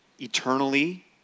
eternally